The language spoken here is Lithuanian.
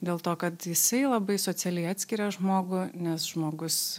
dėl to kad jisai labai socialiai atskiria žmogų nes žmogus